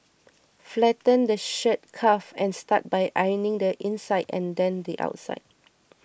flatten the shirt cuff and start by ironing the inside and then the outside